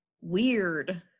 weird